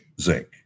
zinc